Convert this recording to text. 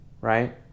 right